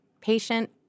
patient